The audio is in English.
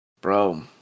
Bro